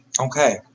okay